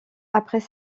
après